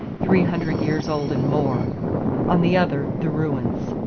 three hundred years old and more on the other, the ruins.